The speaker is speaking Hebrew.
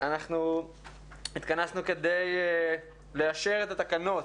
אנחנו התכנסנו לאשר את התקנות